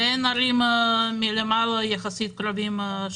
ואין ערים קרובות יחסית מלמעלה.